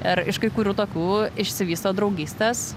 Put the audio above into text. ir iš kai kurių tokių išsivysto draugystės